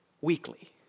weekly